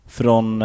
från